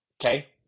okay